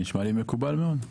נשמע לי מקובל מאוד.